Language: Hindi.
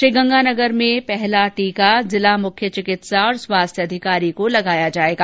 श्रीगंगानगर में पहला जिला मुख्य चिकित्सा और स्वास्थ्य अधिकारी को लगाया जायेगा